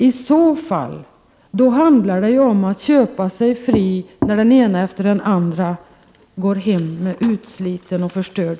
I så fall handlar det ju om att köpa sig fri när den ena efter den andra går hem med utsliten och förstörd